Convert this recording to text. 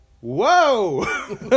Whoa